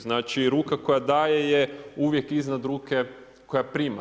Znači ruka koja daje je uvijek iznad ruke koja prima.